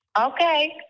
Okay